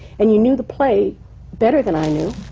and you knew the play better than i knew.